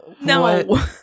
No